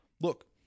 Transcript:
look